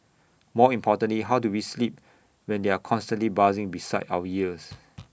more importantly how do we sleep when they are constantly buzzing beside our ears